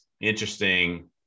interesting